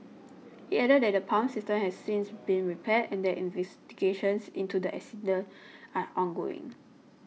it added that the pump system has since been repaired and that investigations into the incident are ongoing